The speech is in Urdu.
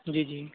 جی جی